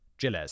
Gilles